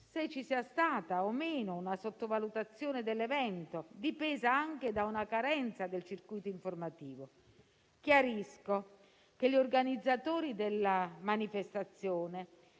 se ci sia stata o meno una sottovalutazione dell'evento, dipesa anche da una carenza del circuito informativo. Chiarisco che gli organizzatori della manifestazione,